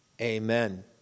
Amen